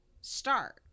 start